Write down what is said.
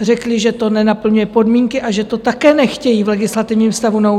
Řekli, že to nenaplňuje podmínky a že to také nechtějí v legislativním stavu nouze.